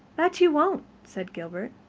that you won't, said gilbert,